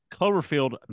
Cloverfield